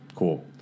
Cool